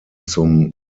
zum